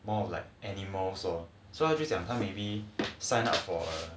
more of like animals lor so so 他就讲他 maybe sign up for the